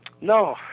No